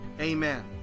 amen